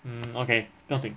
mm okay 不用紧